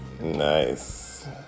Nice